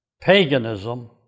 Paganism